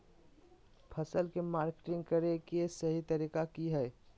फसल के मार्केटिंग करें कि सही तरीका की हय?